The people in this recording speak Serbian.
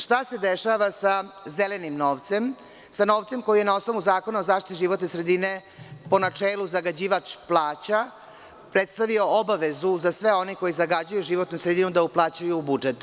Šta se dešava sa zelenim novcem, sa novcem koji je na osnovu Zakona o zaštiti životne sredine po načelu zagađivač plaća, prestavio obavezu za sve one koji zagađuju životnu sredinu da uplaćuju u budžet?